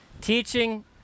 teaching